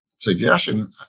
suggestion